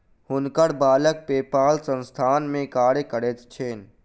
हुनकर बालक पेपाल संस्थान में कार्य करैत छैन